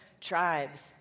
tribes